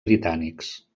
britànics